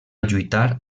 lluitar